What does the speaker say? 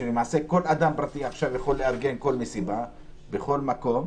שלמעשה כל אדם פרטי עכשיו יכול לארגן מסיבה בכל מקום.